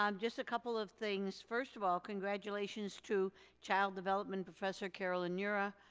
um just a couple of things. first of all, congratulations to child development professor, carolyn jura,